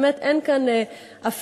באמת אין כאן אפליה,